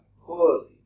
poorly